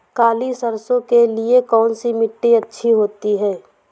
काली सरसो के लिए कौन सी मिट्टी अच्छी होती है?